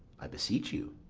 i beseech you.